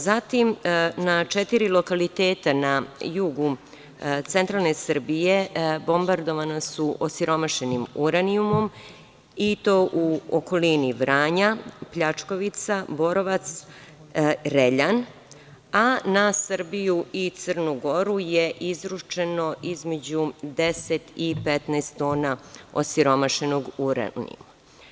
Zatim, na četiri lokaliteta na jugu centralne Srbije bombardovana su osiromašenim uranijumom, i to u okolini Vranja: Pljačkovica, Borovac, Reljan, a na Srbiju i Crnu Goru je izručeno između 10 tona i 15 tona osiromašenog uranijuma.